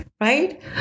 Right